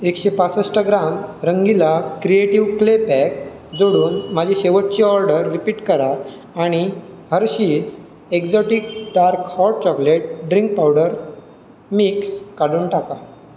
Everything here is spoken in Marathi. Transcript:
एकशे पासष्ट gram Rangila creative clay pack जोडून माझी शेवटची ऑर्डर रिपीट करा आणि Hershey's exotic dark hot chocolate drink powder mix काढून टाका